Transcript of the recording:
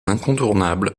incontournable